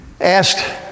asked